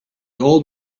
old